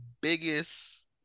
biggest